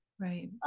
Right